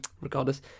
Regardless